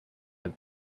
and